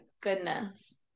goodness